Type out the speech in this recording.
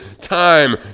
time